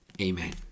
Amen